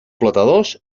flotadors